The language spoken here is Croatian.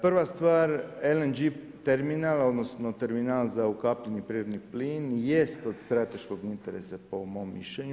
Prva stvar LNG terminal, odnosno terminal za ukapljeni prirodni plin jest od strateškog interesa po mom mišljenju.